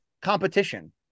competition